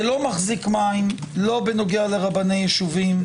זה לא מחזיק מים לא בנוגע לרבני יישובים,